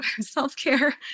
self-care